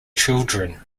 children